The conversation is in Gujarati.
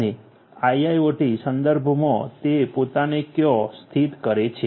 અને IIOT સંદર્ભમાં તે પોતાને ક્યાં સ્થિત કરે છે